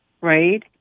right